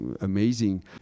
amazing